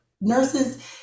nurses